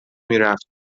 میرفت